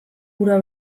ura